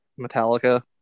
metallica